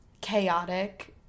chaotic